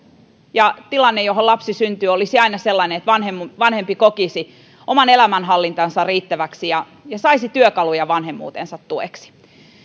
niin tilanne johon lapsi syntyy olisi aina sellainen että vanhempi kokisi oman elämänhallintansa riittäväksi ja ja saisi työkaluja vanhemmuuteensa tueksi